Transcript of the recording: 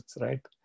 right